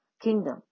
kingdom